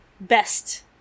best